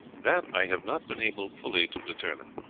that i have not been able fully to determine.